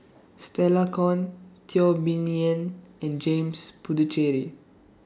Stella Kon Teo Bee Yen and James Puthucheary